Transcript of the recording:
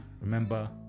remember